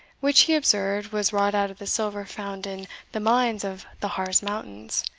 which, he observed, was wrought out of the silver found in the mines of the harz mountains,